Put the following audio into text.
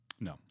No